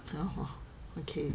orh okay